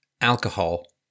alcohol